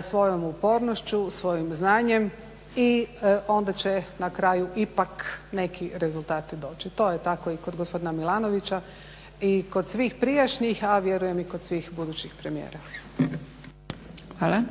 svojom upornošću, svojim znanjem i onda će na kraju ipak neki rezultati doći. To je tako i kod gospodina Milanovića i kod svih prijašnjih a vjerujem i kod svih budućih premijera. **Zgrebec, Dragica (SDP)** Hvala.